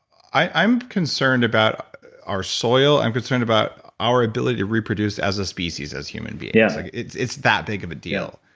i'm concerned about our soil. i'm concerned about our ability to reproduce as a species as human beings. yeah like it's it's that big of a deal